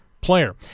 player